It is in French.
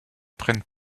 prennent